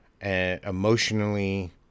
emotionally